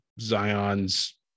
Zion's